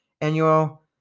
annual